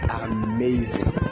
amazing